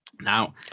Now